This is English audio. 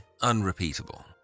unrepeatable